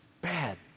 bad